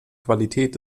qualität